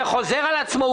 זה חוזר על עצמו.